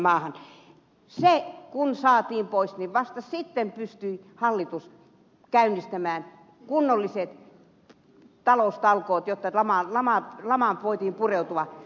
kun se saatiin pois niin vasta sitten hallitus pystyi käynnistämään kunnolliset taloustalkoot jotta lamaan voitiin pureutua